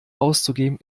auszugeben